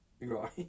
right